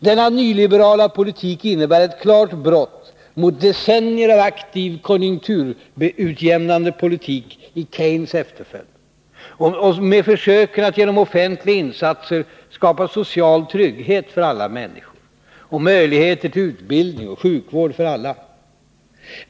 Denna nyliberala politik innebär ett klart brott mot decennier av aktiv konjunkturutjämnande politik i Keynes efterföljd och med försöken att genom offentliga insatser skapa social trygghet för alla människor och möjligheter till utbildning och sjukvård för alla.